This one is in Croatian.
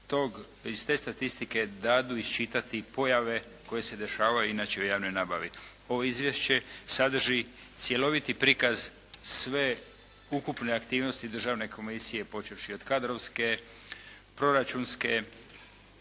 iz te statistike dadu iščitati pojave koje se dešavaju inače u javnoj nabavi. Ovo izvješće sadrži cjeloviti prikaz sve ukupne aktivnosti državne komisije počevši od kadrovske, proračunske